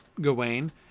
Gawain